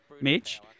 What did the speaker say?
Mitch